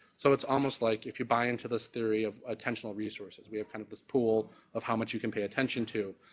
so it's almost like if you're buying to this theory of attention of resources, we have kind of this pool of how much you can pay attention to.